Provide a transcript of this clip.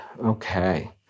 Okay